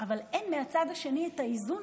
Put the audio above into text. אבל אין מהצד השני את האיזון,